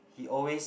he always